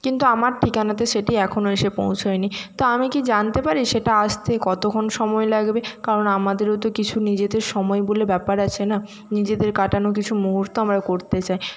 কিন্তু আমার ঠিকানাতে সেটি এখনো এসে পৌঁছোয় নি তো আমি কি জানতে পারি সেটা আসতে কতক্ষণ সময় লাগবে কারণ আমাদেরও তো কিছু নিজেদের সময় বলে ব্যাপার আছে না নিজেদের কাটানো কিছু মুহূর্ত আমরা করতে চাই